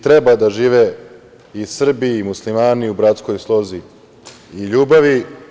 Treba da žive Srbi i Muslimani u bratskoj slozi i ljubavi.